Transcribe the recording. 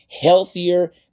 healthier